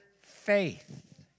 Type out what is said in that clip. faith